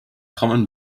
common